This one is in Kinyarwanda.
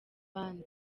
band